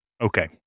Okay